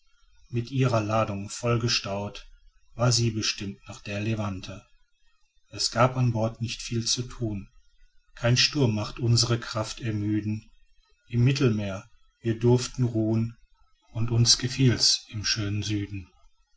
mit ihrer ladung vollgestaut war sie bestimmt nach der levante es gab an bord nicht viel zu thun kein sturm macht unsre kraft ermüden im mittelmeer wir durften ruhn und uns gefiel's im schönen süden